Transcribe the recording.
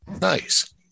Nice